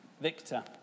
Victor